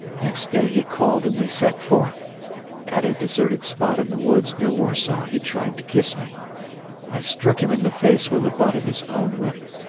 next day he called and we set forth at a deserted spot in the woods near warsaw he tried to kiss me i struck him in the face with the butt of his own whip.